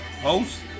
Post